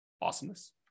Awesomeness